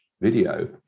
video